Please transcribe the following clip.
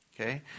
Okay